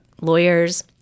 lawyers